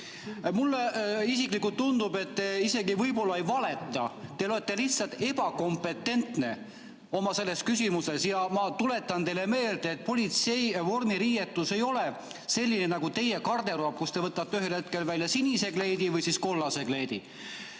Mulle isiklikult tundub, et te isegi võib-olla ei valeta, te olete lihtsalt ebakompetentne selles küsimuses. Ma tuletan teile meelde, et politsei vormiriietus ei ole selline nagu teie garderoob, kust te võtate ühel hetkel välja sinise või kollase kleidi.